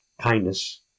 kindness